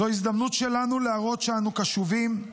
זו הזדמנות שלנו להראות שאנו קשובים,